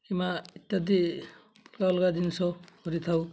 କିମା ଇତ୍ୟାଦି ଅଲଗା ଜିନିଷ କରିଥାଉ